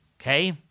Okay